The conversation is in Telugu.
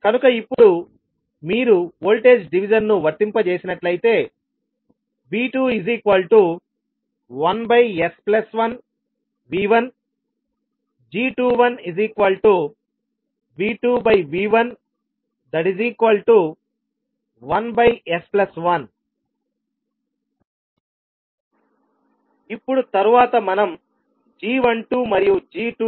కనుక ఇప్పుడు మీరు వోల్టేజ్ డివిజన్ ను వర్తింపజేసినట్లయితే V21s1V1 g21V2V11s1 ఇప్పుడు తరువాత మనం g12 మరియు g22